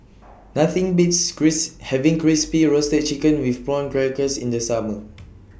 Nothing Beats criss having Crispy A Roasted Chicken with Prawn Crackers in The Summer